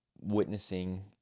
witnessing